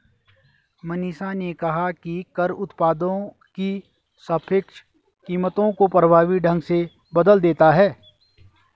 मनीषा ने कहा कि कर उत्पादों की सापेक्ष कीमतों को प्रभावी ढंग से बदल देता है